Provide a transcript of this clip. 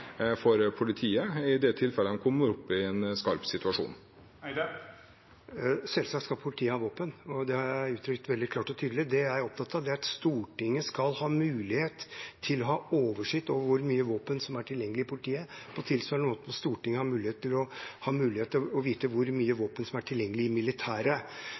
for politiet i de tilfellene de kommer opp i en skarp situasjon. Selvsagt skal politiet ha våpen. Det har jeg uttrykt veldig klart og tydelig. Det jeg er opptatt av, er at Stortinget skal ha mulighet til å ha oversikt over hvor mye våpen som er tilgjengelig i politiet, og på tilsvarende måte skal Stortinget har mulighet til å vite hvor mye våpen som er tilgjengelig i militæret.